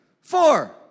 four